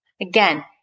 Again